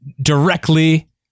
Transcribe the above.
directly